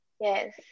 Yes